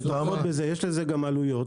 הם מתואמות בזה יש לזה גם עלויות,